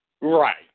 Right